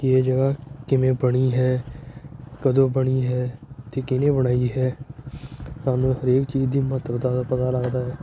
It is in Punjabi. ਇਹ ਜਗ੍ਹਾ ਕਿਵੇਂ ਬਣੀ ਹੈ ਕਦੋਂ ਬਣੀ ਹੈ ਅਤੇ ਕਿਹਨੇ ਬਣਾਈ ਹੈ ਸਾਨੂੰ ਹਰੇਕ ਚੀਜ਼ ਦੀ ਮਹੱਤਤਾ ਦਾ ਪਤਾ ਲੱਗਦਾ